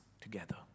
together